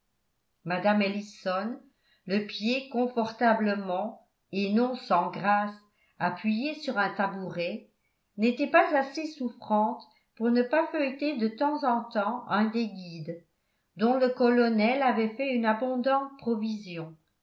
mme ellison le pied confortablement et non sans grâce appuyé sur un tabouret n'était pas assez souffrante pour ne pas feuilleter de temps en temps un des guides dont le colonel avait fait une abondante provision